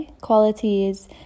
qualities